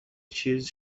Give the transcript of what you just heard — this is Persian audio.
چیز